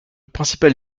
principal